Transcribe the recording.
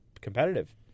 competitive